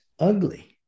ugly